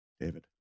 David